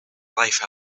life